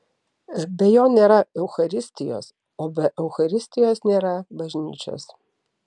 be jo nėra eucharistijos o be eucharistijos nėra bažnyčios